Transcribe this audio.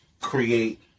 create